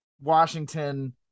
Washington